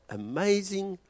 amazing